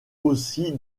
aussi